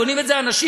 בונים את זה אנשים.